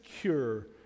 cure